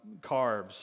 carbs